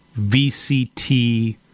vct